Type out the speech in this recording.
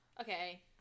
Okay